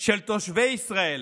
של תושבי ישראל